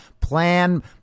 plan